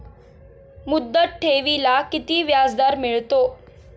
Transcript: मुदत ठेवीला किती व्याजदर मिळतो?